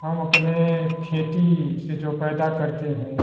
हम अपने खेती से जो पैदा करते हैं